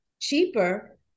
cheaper